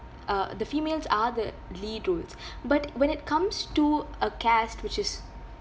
uh the females are the lead roles but when it comes to a cast which is